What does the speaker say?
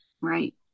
Right